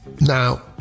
Now